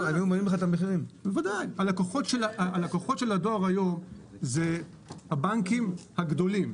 הלקוחות של הדואר היום הם הבנקים הגדולים.